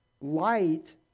Light